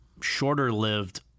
shorter-lived